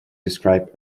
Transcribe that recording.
describe